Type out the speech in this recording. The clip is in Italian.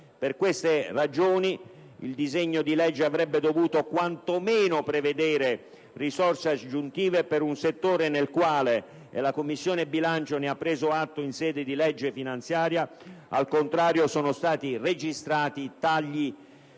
Per queste ragioni, il disegno di legge avrebbe dovuto quantomeno prevedere risorse aggiuntive per un settore nel quale, al contrario (la Commissione bilancio ne ha preso atto in sede di legge finanziaria), sono stati registrati tagli